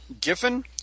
Giffen